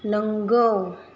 नंगौ